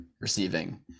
receiving